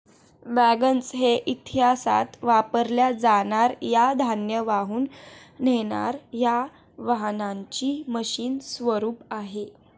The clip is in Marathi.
वॅगन्स हे इतिहासात वापरल्या जाणार या धान्य वाहून नेणार या वाहनांचे मशीन स्वरूप आहे